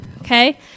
Okay